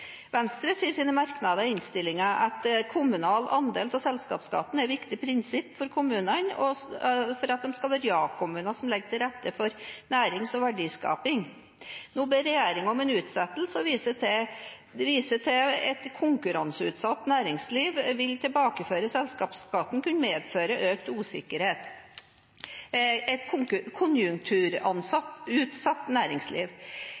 Venstre sier i sine merknader i innstillingen at kommunal andel av selskapsskatten er et viktig prinsipp for kommunene for at de skal være ja-kommuner som skal legge til rette for nærings- og verdiskaping. Nå ber regjeringen om en utsettelse og viser til at med et konjunkturutsatt næringsliv vil det å tilbakeføre selskapsskatten kunne medføre økt usikkerhet.